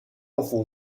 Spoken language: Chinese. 政府